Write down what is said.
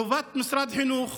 חובת משרד החינוך,